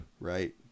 right